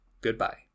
Goodbye